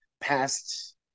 past